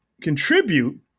contribute